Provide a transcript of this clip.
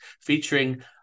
featuring